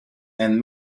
and